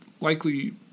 likely